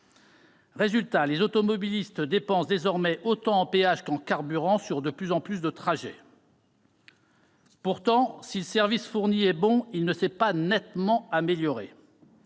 les automobilistes dépensent désormais autant en péage qu'en carburant sur un nombre de plus en plus grand de trajets. Pourtant, si le service fourni est bon, il ne s'est pas nettement amélioré.